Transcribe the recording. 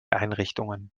einrichtungen